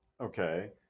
Okay